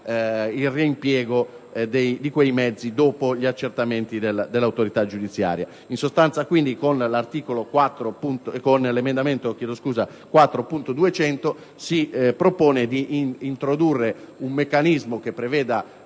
il reimpiego di quei mezzi dopo gli accertamenti dell'autorità giudiziaria. In sostanza, quindi, con l'emendamento 4.200 si propone di introdurre un meccanismo che preveda